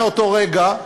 מאותו רגע,